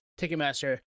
Ticketmaster